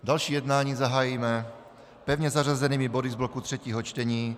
Další jednání zahájíme pevně zařazenými body z bloku třetího čtení.